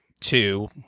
two